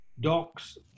docs